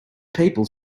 people